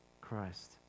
Christ